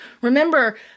Remember